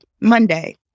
Monday